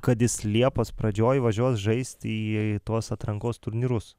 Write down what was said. kad jis liepos pradžioj važiuos žaist į tuos atrankos turnyrus